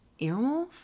Earwolf